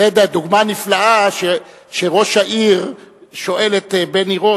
זאת דוגמה נפלאה שראש העיר שואל את בן עירו,